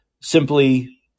simply